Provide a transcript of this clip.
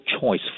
choice